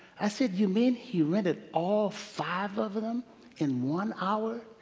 i said, you mean he rented all five of them in one hour?